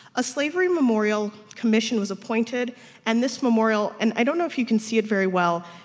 a slavery memorial commission was appointed and this memorial and i don't know if you can see it very well,